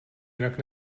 jinak